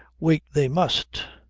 wait they must.